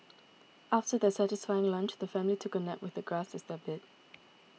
after their satisfying lunch the family took a nap with the grass as their bed